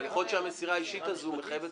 אבל יכול להיות שהמסירה האישית הזו מחייבת